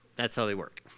that's how they work.